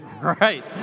Right